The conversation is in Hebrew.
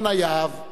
יונה יהב,